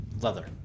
Leather